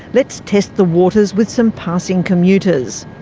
let's test the waters with some passing commuters.